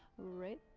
right,